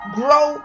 grow